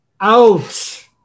Out